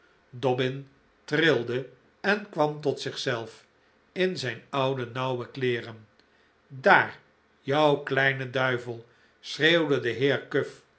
trilde en kwam tot zichzelf in zijn oude nauwe kleeren daar jou kleine duivel schreeuwde de heer